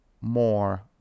more